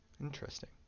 Interesting